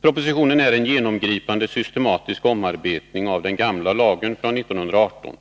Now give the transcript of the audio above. Propositionen är en genomgripande systematisk omarbetning av den gamla lagen från 1918.